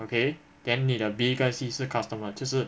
okay then 你的 B 跟 C 是 customer 就是